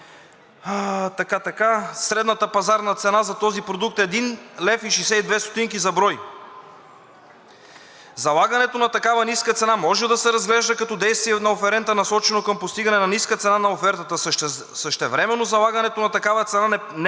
средната пазарна цена за този продукт е 1,62 лв. за брой. Залагането на такава ниска цена може да се разглежда като действие на оферента, насочено към постигане на ниска цена на офертата. Същевременно залагането на такава цена не